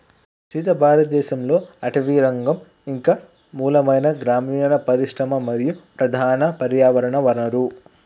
సీత భారతదేసంలో అటవీరంగం ఇంక మూలమైన గ్రామీన పరిశ్రమ మరియు ప్రధాన పర్యావరణ వనరు